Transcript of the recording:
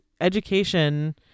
education